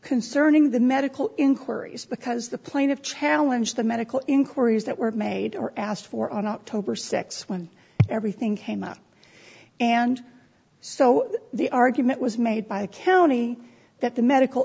concerning the medical inquiries because the plaintiff challenge the medical inquiries that were made or asked for on october six when everything came up and so the argument was made by county that the medical